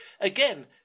again